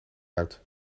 uit